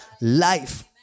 life